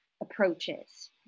approaches